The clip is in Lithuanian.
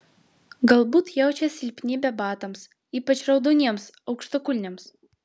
galbūt jaučia silpnybę batams ypač raudoniems aukštakulniams